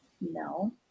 No